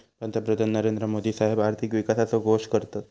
पंतप्रधान नरेंद्र मोदी साहेब आर्थिक विकासाचो घोष करतत